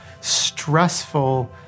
stressful